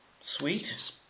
Sweet